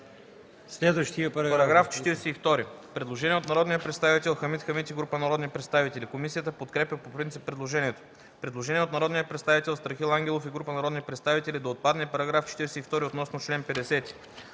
ХАМИД: По § 42 има предложение от народния представител Хамид Хамид и група народни представители. Комисията подкрепя по принцип предложението. Предложение от народния представител Страхил Ангелов и група народни представители – да отпадне § 42 относно чл. 50.